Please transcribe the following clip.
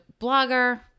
blogger